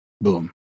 boom